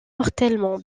mortellement